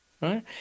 right